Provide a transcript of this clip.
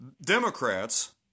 Democrats